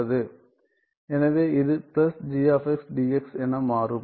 எனவே இது g dx என மாறும்